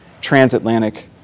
transatlantic